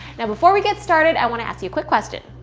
now before we get started i wanna ask you a quick question.